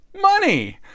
money